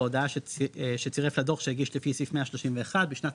בהודעה שצירף לדוח שהגיש לפי סעיף 131 בשנת